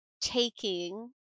taking